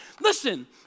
listen